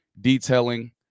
detailing